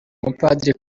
mupadiri